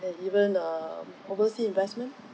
and even err overseas investment